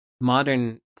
modern